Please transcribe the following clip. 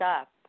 up